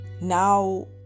Now